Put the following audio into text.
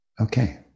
Okay